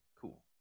cool